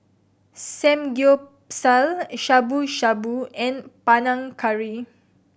Samgeyopsal Shabu Shabu and Panang Curry